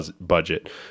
budget